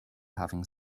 having